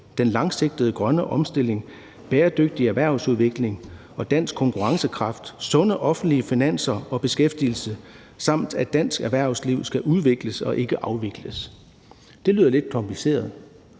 den langsigtede grønne omstilling, bæredygtig erhvervsudvikling og dansk konkurrencekraft, sunde offentlige finanser og beskæftigelse, samt at dansk erhvervsliv skal udvikles og ikke afvikles.« Det lyder lidt kompliceret.